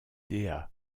dea